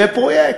זה פרויקט.